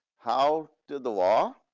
how did the law,